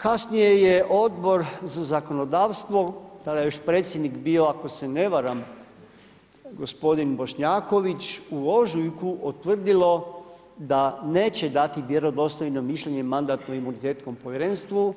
Kasnije je Odbor za zakonodavstvo, tada je još predsjednik bio, ako se ne varam gospodin Bošnjaković, u ožujku utvrdilo da neće dati vjerodostojno mišljenje mandatno imunitetskom povjerenstvu